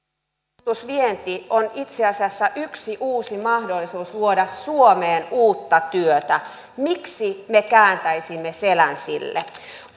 koulutusvienti on itse asiassa yksi uusi mahdollisuus luoda suomeen uutta työtä miksi me kääntäisimme selän sille